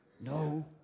no